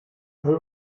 her